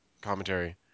commentary